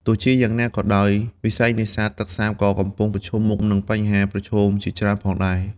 ទោះជាយ៉ាងណាក៏ដោយ វិស័យនេសាទទឹកសាបក៏កំពុងប្រឈមមុខនឹងបញ្ហាប្រឈមជាច្រើនផងដែរ។